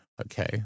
Okay